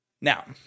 Now